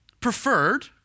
preferred